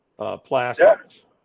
plastics